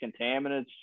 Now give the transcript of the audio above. contaminants